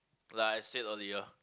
like I said earlier